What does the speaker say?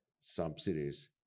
subsidies